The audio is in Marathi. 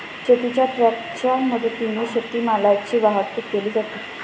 शेतीच्या ट्रकच्या मदतीने शेतीमालाची वाहतूक केली जाते